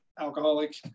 alcoholic